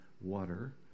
water